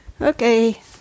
okay